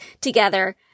together